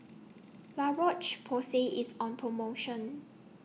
La Roche Porsay IS on promotion